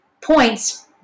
points